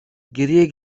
geriye